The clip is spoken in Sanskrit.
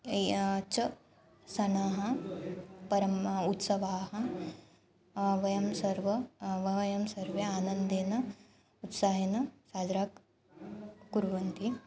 अय्या च सनाः परम उत्सवाः वयं सर्वे वयं सर्वे आनन्देन उत्साहेन साजराक् कुर्वन्ति